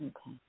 Okay